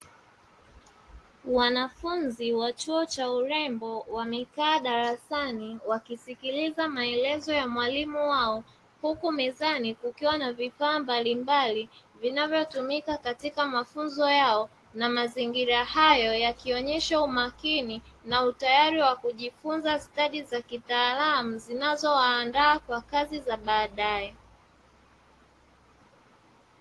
Wanafunzi wa chuo cha urembo, wamekaa darasani wakisikiliza maelezo ya mwalimu wao, huku mezani kukikiwa na vifaa mbalimbali, vinavyotumika katika mafunzo yao na mazingira hayo yakionyesha umakini na utayari wa kujifunza stadi za kitaalamu, zinazowaandaa stadi za baadae.